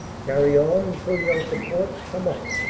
carryon until your supports come up.